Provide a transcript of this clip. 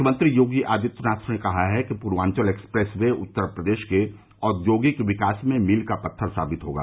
मुख्यमंत्री योगी आदित्यनाथ ने कहा है कि पूर्वाचंल एक्सप्रेस वे उत्तर प्रदेश के औद्योगिक विकास में मील का पत्थर साबित होगा